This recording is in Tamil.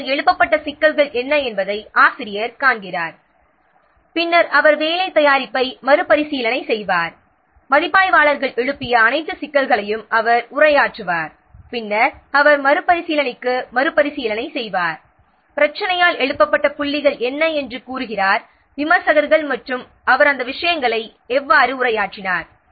பின்னர் எழுப்பப்பட்ட சிக்கல்கள் என்ன என்பதை ஆசிரியர் காண்கிறார் பின்னர் அவர் வேலை தயாரிப்பை மறுபரிசீலனை செய்வார் மதிப்பாய்வாளர்கள் எழுப்பிய அனைத்து சிக்கல்களையும் அவர் உரையாற்றுவார் பின்னர் அவர் மறுபரிசீலனைக்கு செய்வார் பிரச்சினையால் எழுப்பப்பட்ட புள்ளிகள் என்ன என்று கூறுகிறார் விமர்சகர்கள் மற்றும் அவர் அந்த விஷயங்களை எவ்வாறு உரையாற்றினார்